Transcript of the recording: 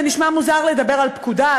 זה נשמע מוזר לדבר על פקודה,